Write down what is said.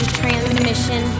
transmission